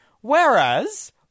Whereas